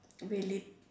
really